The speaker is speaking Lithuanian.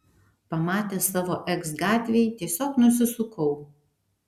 pamatęs savo eks gatvėj tiesiog nusisukau